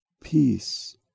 peace